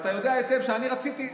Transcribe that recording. ואתה יודע היטב שאני רציתי,